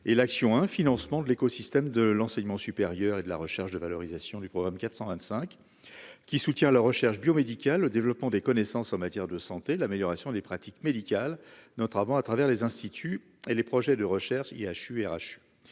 et l'action un financement de l'écosystème de l'enseignement supérieur et de la recherche de valorisation du programme 425 qui soutient la recherche biomédicale, le développement des connaissances en matière de santé, l'amélioration des pratiques médicales notre avant, à travers les instituts et les projets de recherche IHU RH